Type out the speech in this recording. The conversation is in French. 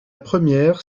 première